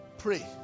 pray